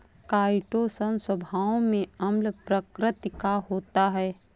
chitosan स्वभाव में अम्ल प्रकृति का होता है